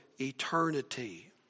eternity